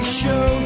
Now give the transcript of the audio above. show